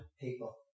people